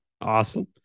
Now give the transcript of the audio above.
Awesome